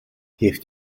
heeft